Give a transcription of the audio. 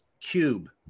cube